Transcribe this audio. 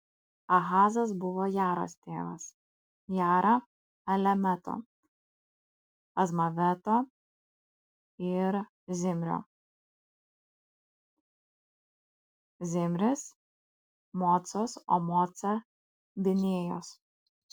ahazas buvo jaros tėvas jara alemeto azmaveto ir zimrio zimris mocos o moca binėjos